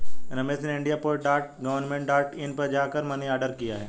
रमेश ने India post dot government dot in पर जा कर मनी ऑर्डर किया